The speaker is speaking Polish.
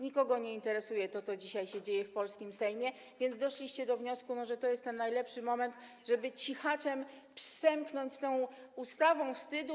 Nikogo nie interesuje to, co dzisiaj dzieje się w polskim Sejmie, więc doszliście do wniosku, że to jest najlepszy moment, żeby cichaczem przemknąć z tą ustawą wstydu.